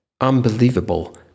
Unbelievable